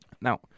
Now